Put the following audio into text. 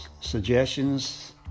suggestions